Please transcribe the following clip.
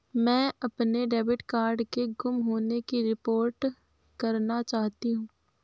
मैं अपने debit card के गुम होने की रिपोर्ट करना चाहती हूँ